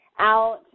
out